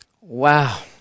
Wow